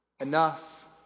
enough